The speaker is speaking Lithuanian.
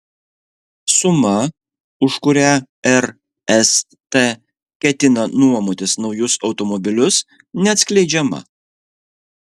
suma už kurią rst ketina nuomotis naujus automobilius neatskleidžiama